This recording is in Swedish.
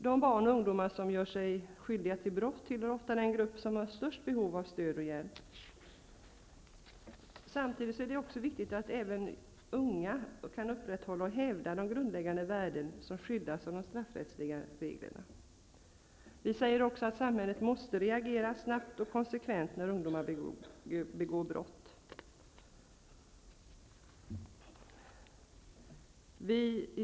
De barn och ungdomar som gör sig skyldiga till brott tillhör ofta den grupp som har störst behov av stöd och hjälp. Samtidigt är det viktigt att även unga kan upprätthålla och hävda grundläggande värden som skyddas av de straffrättsliga reglerna. Samhället måste reagera snabbt och konsekvent när unga begår brott.